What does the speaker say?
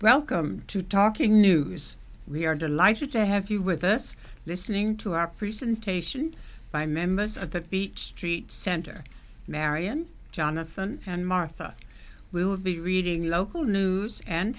welcome to talking news we are delighted to have you with us listening to our presentation by members at the beach street center marian jonathan and martha will be reading local news and